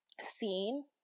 seen